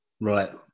Right